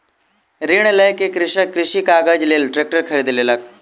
ऋण लय के कृषक कृषि काजक लेल ट्रेक्टर खरीद लेलक